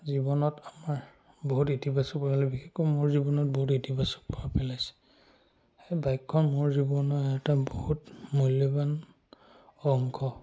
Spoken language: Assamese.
জীৱনত আমাৰ বহুত ইতিবাচক প্ৰভাৱ পেলায় বিশেষকৈ মোৰ জীৱনত বহুত ইতিবাচক প্ৰভাৱ পেলাইছে সেই বাইকখন মোৰ জীৱনৰ এটা বহুত মূল্যৱান অংশ